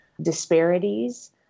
disparities